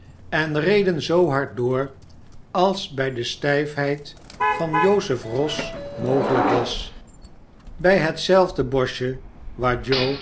en reden zoo hard door als bij de stijfheid van joseph's ros mogelijk was bij hetzelfde boschje waar joe